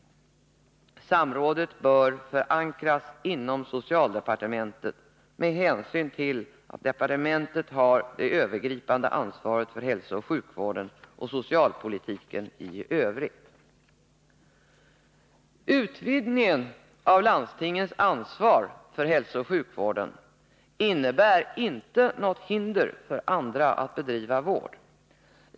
Samrådet bör förankras inom socialdepartementet med hänsyn till att departementet har det övergripande ansvaret för hälsooch sjukvården och socialpolitiken i övrigt. Utvidgningen av landstingens ansvar för hälsooch sjukvården innebär inte något hinder för andra att bedriva vård.